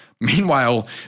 Meanwhile